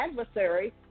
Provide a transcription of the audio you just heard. adversary